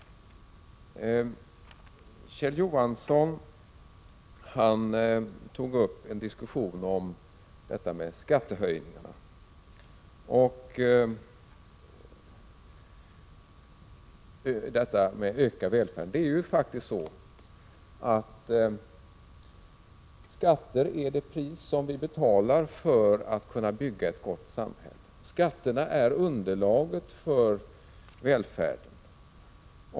Kjell Johansson tog upp en diskussion om skattehöjningarna och ökad välfärd. Det är ju faktiskt så att skatter är det pris som vi betalar för att kunna bygga upp ett gott samhälle. Skatterna är underlaget för välfärden.